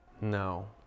no